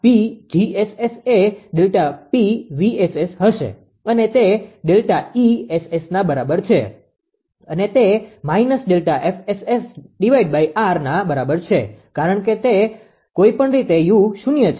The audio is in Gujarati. તેથી Δ𝑃𝑔𝑆𝑆 એ ΔPv𝑆𝑆 હશે અને તે ΔESSના બરાબર છે અને તે ΔFSSRના બરાબર છે કારણ કે કોઈપણ રીતે u શૂન્ય છે